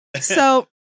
so-